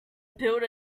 built